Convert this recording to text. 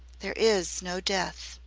there is no death,